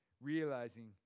realizing